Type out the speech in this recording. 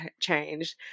changed